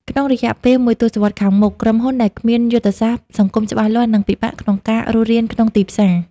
ក្នុងរយៈពេលមួយទសវត្សរ៍ខាងមុខ ក្រុមហ៊ុនដែលគ្មានយុទ្ធសាស្ត្រសង្គមច្បាស់លាស់នឹងពិបាកក្នុងការរស់រានក្នុងទីផ្សារ។